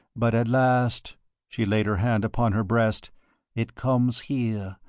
but at last she laid her hand upon her breast it comes here,